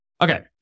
Okay